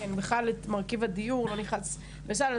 מרכיב הדיור לא נכנס בסל,